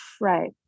Right